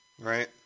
right